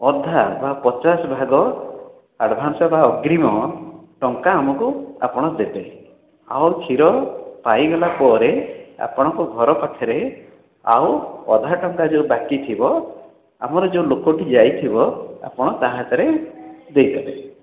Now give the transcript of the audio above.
ଅଧା ବା ପଚାଶ ଭାଗ ଆଡ଼ଭାନ୍ସ ବା ଅଗ୍ରୀମ ଟଙ୍କା ଆମକୁ ଆପଣ ଦେବେ ଆଉ କ୍ଷୀର ପାଇଗଲା ପରେ ଆପଣଙ୍କ ଘର ପାଖରେ ଆଉ ଅଧା ଟଙ୍କା ଯେଉଁ ବାକି ଥିବ ଆମର ଯୋଉ ଲୋକଟି ଯାଇଥିବ ଆପଣ ତା ହାତରେ ଦେଇଦେବେ